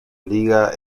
liga